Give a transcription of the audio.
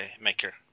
maker